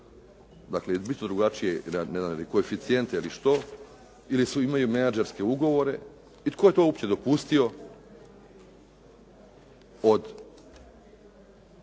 Dakle, bitno drugačije ne znam koeficijente ili što ili svi imaju menadžerske ugovore. I tko je to uopće dopustio od